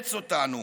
שאילץ אותנו